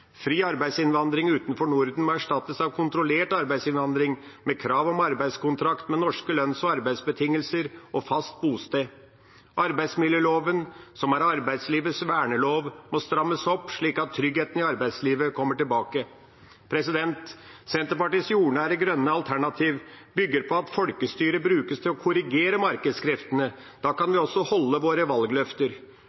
Fri arbeidsinnvandring utenfor Norden må erstattes av kontrollert arbeidsinnvandring, med krav om arbeidskontrakt med norske lønns- og arbeidsbetingelser og fast bosted. Arbeidsmiljøloven, som er arbeidslivets vernelov, må strammes opp, slik at tryggheten i arbeidslivet kommer tilbake. Senterpartiets jordnære grønne alternativ bygger på at folkestyret brukes til å korrigere markedskreftene. Da kan